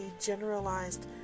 generalized